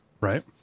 right